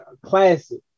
Classic